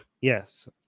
Yes